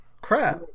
crap